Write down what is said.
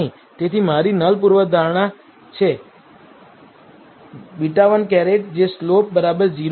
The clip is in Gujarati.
તેથી મારી નલ પૂર્વધારણા છે β̂ 1 જે સ્લોપ 0 છે